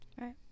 right